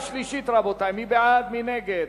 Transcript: מי בעד, מי נגד?